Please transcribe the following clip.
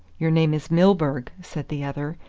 your name is milburgh, said the other.